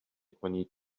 کنید